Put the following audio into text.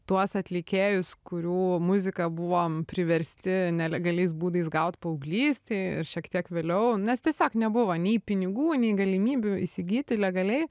tuos atlikėjus kurių muziką buvom priversti nelegaliais būdais gaut paauglystėj ir šiek tiek vėliau nes tiesiog nebuvo nei pinigų nei galimybių įsigyti legaliai